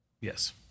Yes